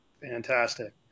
Fantastic